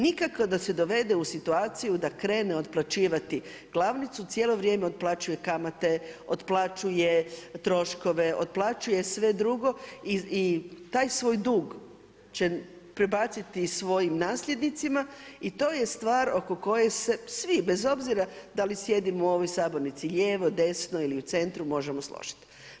Nikako da se dovede u situaciju da krene otplaćivati glavnicu, cijelo vrijeme otplaćuje kamate, otplaćuje troškove, otplaćuje sve drugo i taj svoj drug će prebaciti i svojim nasljednicima i to je stvar oko koje se svi, bez obzira da li sjedimo u ovoj sabornici lijevo, desno ili u centru možemo složiti.